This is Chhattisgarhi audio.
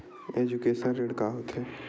एजुकेशन ऋण का होथे?